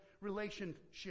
relationship